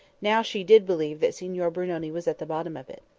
now she did believe that signor brunoni was at the bottom of it.